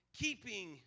keeping